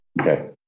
Okay